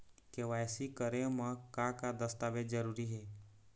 KYC करे म का का दस्तावेज जरूरी हे?